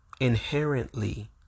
inherently